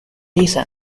reason